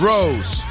Rose